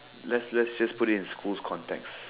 let's let's just put it in school's context